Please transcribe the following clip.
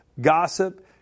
Gossip